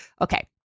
Okay